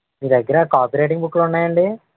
మీ దగ్గర copy writing బుక్లు ఉన్నాయండి